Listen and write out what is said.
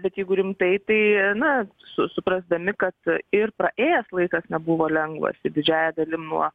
bet jeigu rimtai tai na su suprasdami kad ir praėjęs laikas nebuvo lengvas ir didžiąja dalim nuo